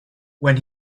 when